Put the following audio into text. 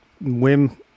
whim